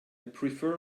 prefer